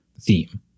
theme